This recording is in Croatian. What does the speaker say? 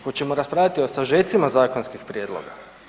Hoćemo raspravljati o sažecima zakonskih prijedloga?